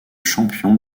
champion